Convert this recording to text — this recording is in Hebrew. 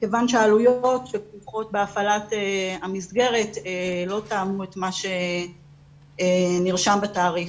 כיוון שהעלויות שכרוכות בהפעלת המסגרת לא תאמו את מה שנרשם בתעריף.